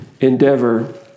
endeavor